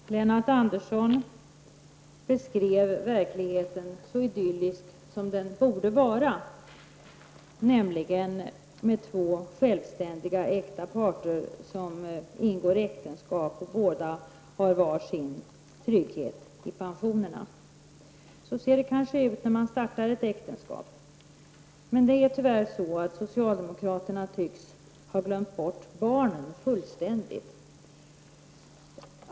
Fru talman! Lennart Andersson beskrev verkligheten som så idyllisk som den borde vara, nämligen med två självständiga parter som ingår äktenskap och som båda har sin trygghet i pensionerna. Så ser det kanske ut när man startar ett äktenskap. Men socialdemokraterna tycks tyvärr ha glömt bort barnen fullständigt.